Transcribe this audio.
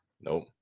Nope